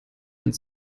hand